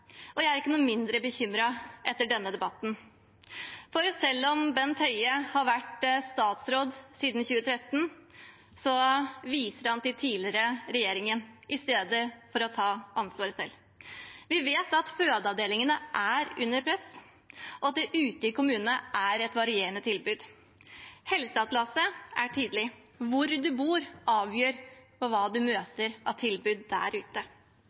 og jeg er ikke mindre bekymret etter denne debatten, for selv om Bent Høie har vært statsråd siden 2013, viser han til den tidligere regjeringen i stedet for å ta ansvaret selv. Vi vet at fødeavdelingene er under press, og at det ute i kommunene er et varierende tilbud. Helseatlaset er tydelig: Hvor en bor, avgjør hva en møter av tilbud der ute.